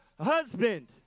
husband